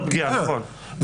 בעוצמת הפגיעה, נכון.